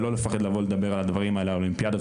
ולא לפחד לבוא ולדבר על הדברים האלה על האולימפיאדה,